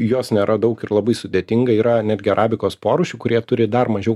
jos nėra daug ir labai sudėtinga yra netgi arabikos porūšių kurie turi dar mažiau